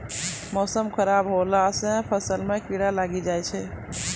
मौसम खराब हौला से फ़सल मे कीड़ा लागी जाय छै?